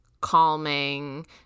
calming